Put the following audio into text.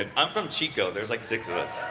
ah i'm from chico, there's like six of